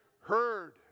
heard